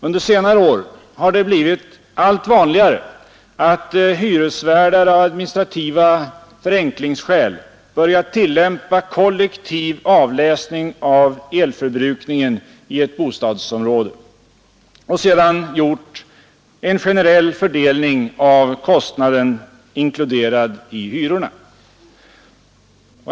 Under senare år har det blivit allt vanligare att hyresvärdar av administrativa förenklingsskäl börjat tillämpa kollektiv avläsning av elförbrukningen i ett bostadsområde och sedan gjort en generell fördelning av kostnaderna inkluderad i hyrorna.